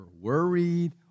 worried